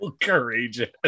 Courageous